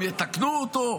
אם יתקנו אותו.